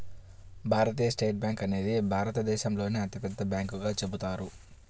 భారతీయ state bank అనేది భారతదేశంలోనే అతిపెద్ద బ్యాంకుగా చెబుతారు